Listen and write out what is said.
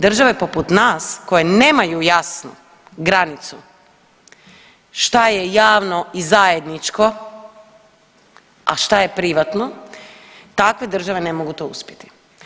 Države poput nas koje nemaju jasnu granicu šta je javno i zajedničko, a šta je privatno takve države ne mogu to uspjeti.